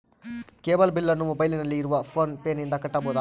Cable ಬಿಲ್ಲನ್ನು ಮೊಬೈಲಿನಲ್ಲಿ ಇರುವ ಫೋನ್ ಪೇನಿಂದ ಕಟ್ಟಬಹುದಾ?